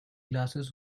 glasses